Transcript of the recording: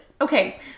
Okay